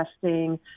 testing